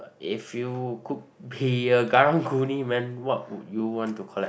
if you could be a Karang-Guni Man what would you want to collect